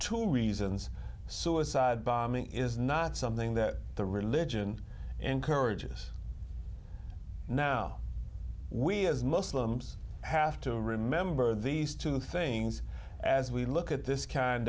two reasons suicide bombing is not something that the religion encourages now we as muslims have to remember these two things as we look at this kind